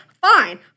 fine